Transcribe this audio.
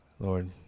Lord